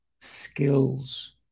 skills